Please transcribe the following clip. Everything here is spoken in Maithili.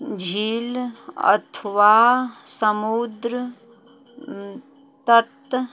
झील अथवा समुद्र तत